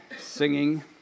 singing